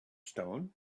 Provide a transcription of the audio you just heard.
stone